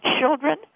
children